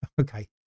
Okay